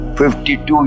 52